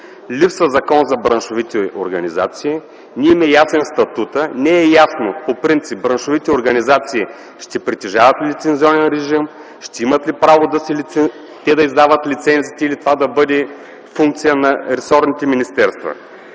Липсва Закон за браншовите организации; не им е ясен статута, не е ясно по принцип браншовите организации ще притежават ли лицензионен режим, ще имат ли право те да издават лицензиите или това да бъде функция на ресорните министерства;